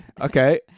okay